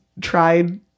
tried